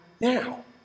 now